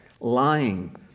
lying